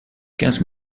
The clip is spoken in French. quinze